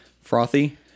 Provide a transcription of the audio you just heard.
Frothy